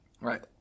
Right